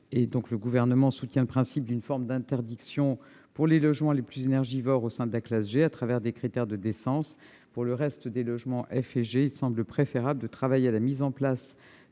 soutenons donc le principe d'une forme d'interdiction pour les logements les plus énergivores au sein de la classe G à travers des critères de décence. Pour le reste des logements classés F et G, il semble préférable de travailler à la mise en place